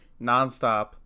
nonstop